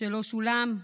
שלא שולם,